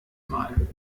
mal